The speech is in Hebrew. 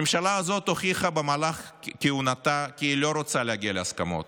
הממשלה הזאת הוכיחה במהלך כהונתה כי היא לא רוצה להגיע להסכמות.